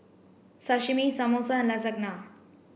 Sashimi Samosa and Lasagna